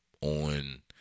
on